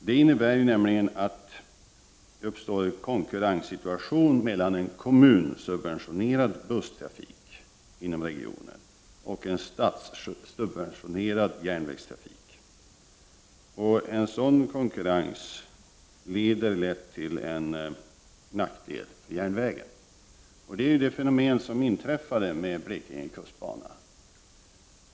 Det innebär nämligen att det uppstår konkurrenssituation mellan en kommunsubventionerad busstrafik inom regionen och en statssubventionerad järnvägstrafik. En sådan konkurrens leder lätt till en nackdel för järnvägen. Detta är ett fenomen som inträffade med Blekinge kustbana.